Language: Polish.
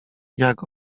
jak